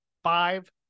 Five